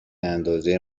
اندازه